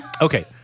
Okay